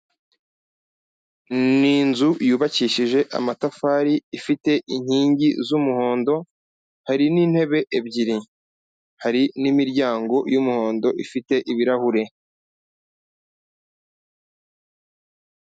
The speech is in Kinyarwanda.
Ni inzu yubakishije amatafari, ifite inkingi z'umuhondo, hari n'intebe ebyiri, hari n'imiryango y'umuhondo ifite ibirahure.